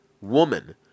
woman